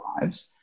lives